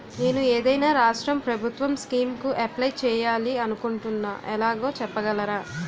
నేను ఏదైనా రాష్ట్రం ప్రభుత్వం స్కీం కు అప్లై చేయాలి అనుకుంటున్నా ఎలాగో చెప్పగలరా?